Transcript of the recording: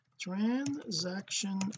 Transaction